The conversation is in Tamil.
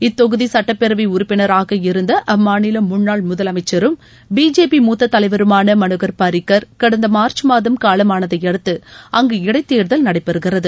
இத்தொகுதி சட்டப்பேரவை உறுப்பினராக இருந்த அம்மாநில முன்னாள் முதலமைச்சரும் பிஜேபி மூத்த தலைவருமான மனோகர் பாரிக்கர் கடந்த மார்ச் மாதம் காலமானதையடுத்து அங்கு இடைத்தேர்தல் நடைபெறுகிறது